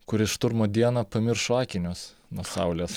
kuris šturmo dieną pamiršo akinius nuo saulės